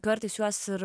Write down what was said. kartais juos ir